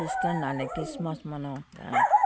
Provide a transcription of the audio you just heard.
क्रिस्तानहरूले Christmas मना